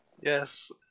Yes